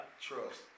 Trust